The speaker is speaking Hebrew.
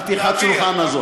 הפתיחת-שולחן הזאת.